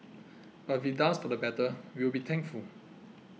but if it does for the better we will be thankful